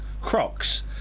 Crocs